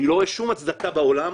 אני לא רואה שום הצדקה בעולם,